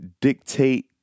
dictate